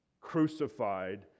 crucified